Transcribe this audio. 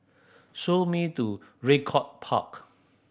show me to Raycott Park